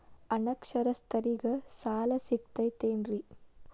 ಅನಕ್ಷರಸ್ಥರಿಗ ಸಾಲ ಸಿಗತೈತೇನ್ರಿ?